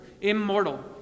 immortal